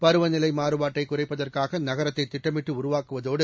பருவநிலை மாறுபாட்டை குறைப்பதற்காக நகரத்தை திட்டமிட்டு உருவாக்குவதோடு